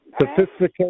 sophisticated